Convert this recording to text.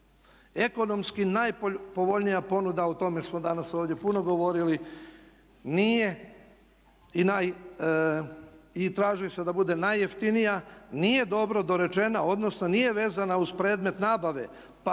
Ekonomski najpovoljnija ponuda, o tome smo danas ovdje puno govorili, nije i naj, i traži se da bude najjeftinija, nije dobro dorečena, odnosno nije vezana uz predmet nabave